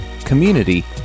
community